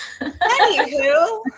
Anywho